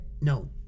no